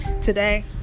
today